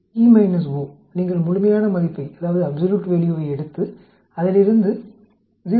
E O நீங்கள் முழுமையான மதிப்பை எடுத்து அதில் இருந்து 0